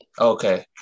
Okay